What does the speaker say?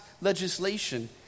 legislation